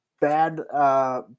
bad